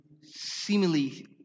seemingly